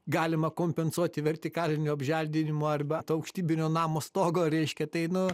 galima kompensuoti vertikaliniu apželdinimu arba ant aukštybinio namo stogo reiškia tai nu